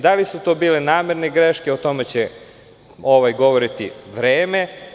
Da li su to bile namerne greške, o tome će govoriti vreme.